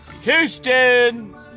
Houston